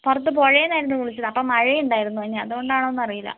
പുറത്ത് പുഴയിലായിരുന്നു കുളിച്ചത് അപ്പോൾ മഴ ഉണ്ടായിരുന്നു അപ്പോൾ ഇനി അതുകൊണ്ട് ആണോയെന്ന് അറിയില്ല